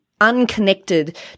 unconnected